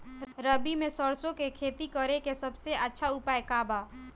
रबी में सरसो के खेती करे के सबसे अच्छा उपाय का बा?